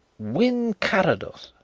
wynn carrados!